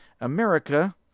America